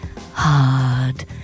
hard